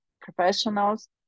professionals